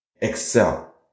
excel